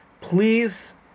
Please